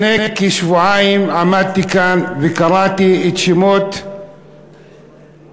לפני כשבועיים עמדתי כאן וקראתי את שמות הצעירים